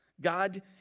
God